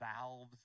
valves